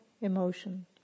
emotion